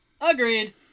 Agreed